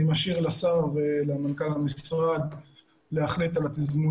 אני משאיר לשר ולמנכ"ל המשרד להחליט על התזמון